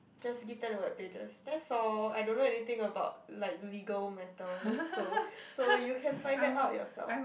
just give them the web pages that's all I don't know anything about like legal matters so so you can find that out yourself